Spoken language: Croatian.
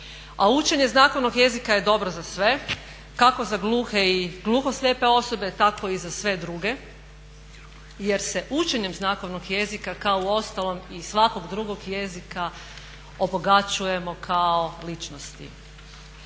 A učenje znakovnog jezika je dobro za sve kako za gluhe i gluhoslijepe osobe tako i za sve druge jer se učenjem znakovnog jezika kao uostalom i svakog drugog jezika obogaćujemo kao ličnosti.